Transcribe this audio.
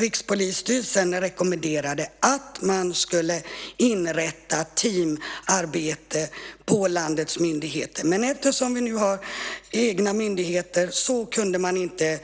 Rikspolisstyrelsen rekommenderade att man skulle inrätta teamarbete på landets myndigheter, men eftersom vi nu har egna myndigheter så kunde man inte